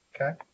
Okay